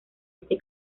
este